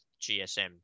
GSM